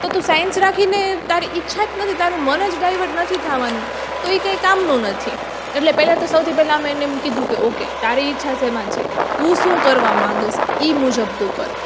તો તું સાયન્સ રાખીને તારી ઈચ્છા જ નથી તારું મન જ ડાયવર્ટ નથી થવાનું તો એ કંઈ કામનું નથી એટલે પહેલાં તો સૌથી પહેલાં અમે એને એમ કહ્યું કે ઓકે તારી ઈચ્છા શેમાં છે તું શું કરવા માંગે છે એ મુજબ તું કર